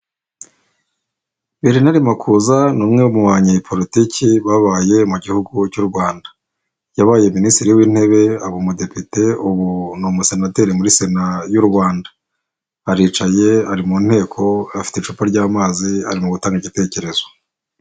Bernard Makuza ni umwe mu banyepolitiki babaye mu gihugu cy'u Rwanda, yabaye minisitiri w'intebe, aba umudepite, ubu ni umusenateri muri sena y'u Rwanda, aricaye ari mu nteko afite icupa ry'amazi ari mu gutanga igitekerezo.